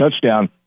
touchdown